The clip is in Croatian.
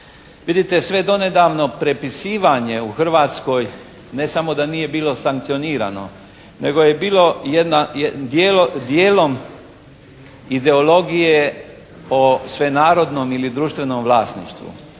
Vidite, sve donedavno prepisivanje u Hrvatskoj ne samo da nije bilo sankcionirano, nego je bilo dijelom ideologije o svenarodnom ili društvenom vlasništvu.